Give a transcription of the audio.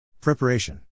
Preparation